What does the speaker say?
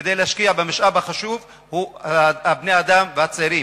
כדי להשקיע במשאב החשוב: בני-אדם וצעירים.